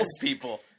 people